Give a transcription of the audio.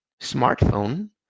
smartphone